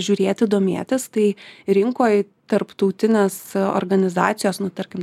žiūrėti domėtis tai rinkoj tarptautinės organizacijos nu tarkim